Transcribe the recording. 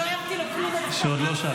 אני לא הערתי לו כלום עד עכשיו, שמרתי על השאלה.